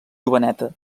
joveneta